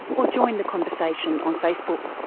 or join the conversation on facebook.